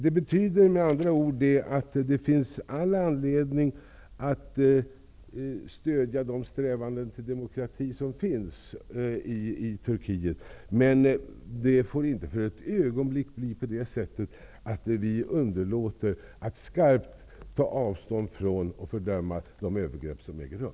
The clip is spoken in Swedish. Det finns med andra ord all anledning att stödja de strävanden till demokrati som finns i Turkiet, men vi får inte för ett ögonblick underlåta att skarpt ta avstånd från och fördöma de övergrepp som äger rum.